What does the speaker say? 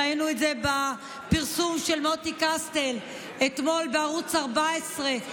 ראינו את זה בפרסום של מוטי קסטל אתמול בערוץ 14,